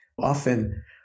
Often